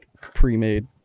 pre-made